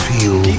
Feel